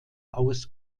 aus